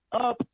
up